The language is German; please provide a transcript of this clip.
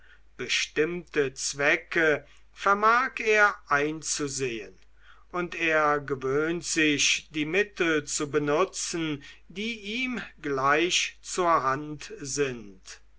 bestimmte zwecke vermag er einzusehen und er gewöhnt sich die mittel zu benutzen die ihm gleich zur hand sind